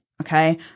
okay